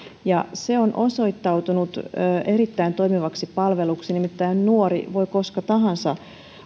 ja se on osoittautunut erittäin toimivaksi palveluksi nimittäin nuori voi koska tahansa